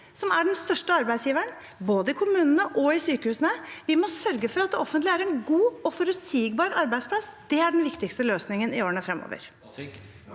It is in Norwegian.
som er den største arbeidsgiveren både i kommunene og i sykehusene. Vi må sørge for at det offentlige er en god og forutsigbar arbeidsplass. Det er den viktigste løsningen i årene fremover.